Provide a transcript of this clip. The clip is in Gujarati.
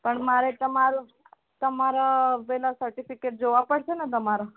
પણ મારે તમારું તમારા પહેલાં સર્ટિફિકેટ જોવા પડશે ને તમારાં